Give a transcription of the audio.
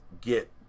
get